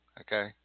okay